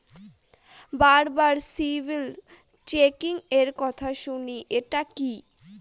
বারবার সিবিল চেকিংএর কথা শুনি এটা কি?